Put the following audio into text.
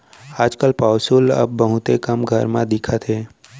आज काल पौंसुल अब बहुते कम घर म दिखत हे